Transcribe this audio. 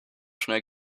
schnell